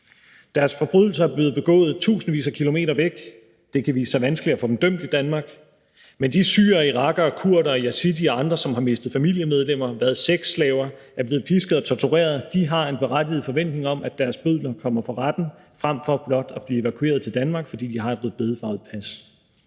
Deres forbrydelser er blevet begået tusindvis af kilometer væk. Det kan vise sig vanskeligt at få dem dømt i Danmark. Men de syrere og irakere, kurdere og yazidier og andre, som har mistet familiemedlemmer, har været sexslaver, er blevet pisket og tortureret, har en berettiget forventning om, at deres bødler kommer for retten frem for blot at blive evakueret til Danmark, fordi de har et rødbedefarvet pas.